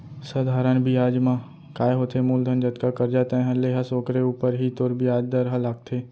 सधारन बियाज म काय होथे मूलधन जतका करजा तैंहर ले हस ओकरे ऊपर ही तोर बियाज दर ह लागथे